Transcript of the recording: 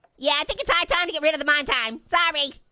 yeah, i think it's high time to get rid of the mime time. sorry,